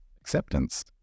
acceptance